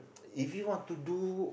if you want to do